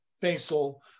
facial